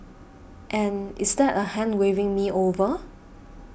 and is that a hand waving me over